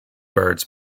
birds